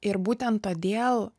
ir būten todėl